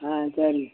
ஆ சரிங்க